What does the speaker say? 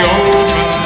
open